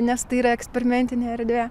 nes tai yra eksperimentinė erdvė